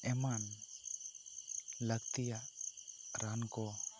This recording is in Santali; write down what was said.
ᱮᱢᱟᱱ ᱞᱟᱹᱛᱤᱭᱟᱜ ᱨᱟᱱ ᱠᱚ